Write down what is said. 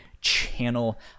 channel